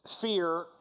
fear